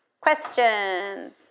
Questions